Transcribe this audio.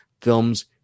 Films